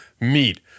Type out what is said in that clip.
meet